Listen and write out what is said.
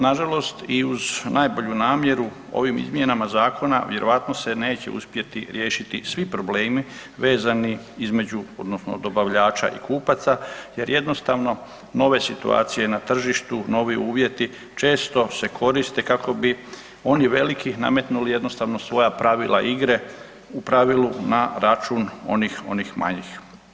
Nažalost i uz najbolju namjeru ovim izmjenama zakona vjerojatno se neće uspjeti riješiti svi problemi vezani između odnosno dobavljača i kupaca jer jednostavno nove situacije na tržištu, novi uvjeti često se koriste kako bi oni veliki nametnuli jednostavno svoja pravila igre u pravilu na račun onih, onih manjih.